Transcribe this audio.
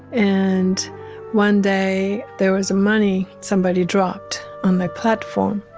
and one day there was a money. somebody dropped on the platform